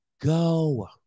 go